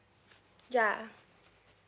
ya